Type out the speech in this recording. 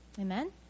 Amen